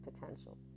potential